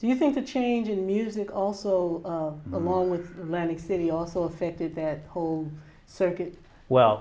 do you think the change in music also along with lenny theory also affected that whole circuits well